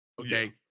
okay